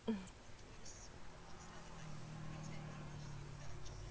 mm